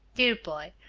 dear boy,